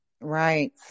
Right